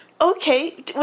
okay